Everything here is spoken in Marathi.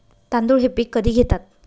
तांदूळ हे पीक कधी घेतात?